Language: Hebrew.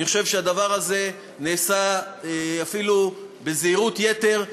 אני חושב שהדבר הזה נעשה אפילו בזהירות יתר,